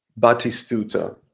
Batistuta